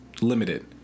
limited